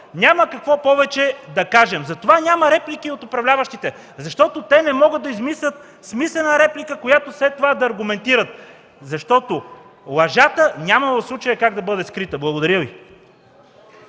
Няма какво повече да кажем. Затова няма реплики от управляващите, защото те не могат да измислят смислена реплика, която след това да аргументират, защото в случая лъжата няма как да бъде скрита. Благодаря Ви.